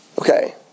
Okay